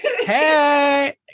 Hey